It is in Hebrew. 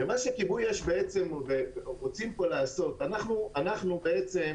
מה שכיבוי אש רוצים לעשות פה - אנחנו אומרים